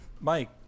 Mike